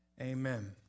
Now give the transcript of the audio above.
Amen